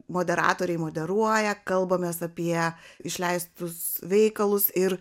moderatoriai moderuoja kalbamės apie išleistus veikalus ir